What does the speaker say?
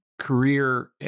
career